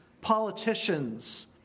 politicians